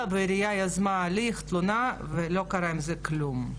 והעירייה יזמה הליך תלונה ולא קרה עם זה כלום.